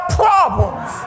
problems